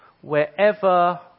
Wherever